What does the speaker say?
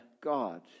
God